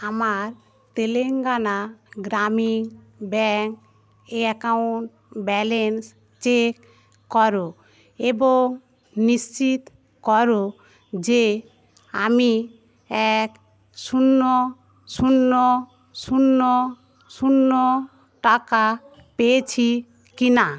আমার Telangana Grameen bank account balance check করো এবং নিশ্চিত করো যে আমি এক শূন্য শূন্য শূন্য শূন্য টাকা পেয়েছি কি না